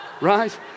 right